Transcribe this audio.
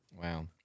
Wow